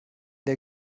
der